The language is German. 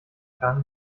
kann